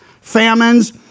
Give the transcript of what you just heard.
famines